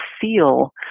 feel